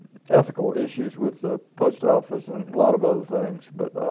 ethical issues with the post office and a lot of other things. but